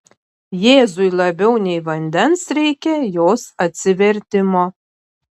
jėzui labiau nei vandens reikia jos atsivertimo